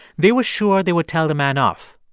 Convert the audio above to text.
they were sure they would tell the man off.